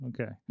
Okay